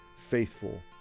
faithful